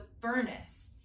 furnace